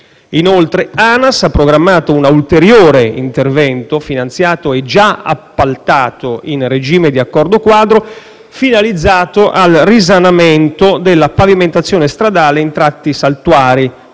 Inoltre, ANAS ha programmato un ulteriore intervento, finanziato e già appaltato in regime di accordo quadro, finalizzato al risanamento della pavimentazione stradale, in tratti saltuari,